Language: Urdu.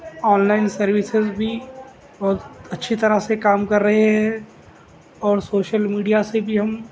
آن لائن سروسز بھی بہت اچھی طرح سے کام کر رہے ہے اور سوشل میڈیا سے بھی ہم